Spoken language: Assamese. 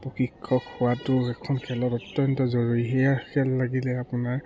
প্ৰশিক্ষক হোৱাটো এখন খেলত অত্যন্ত জৰুৰী সেয়া খেল লাগিলে আপোনাৰ